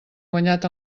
guanyat